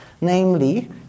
namely